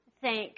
thank